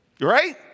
right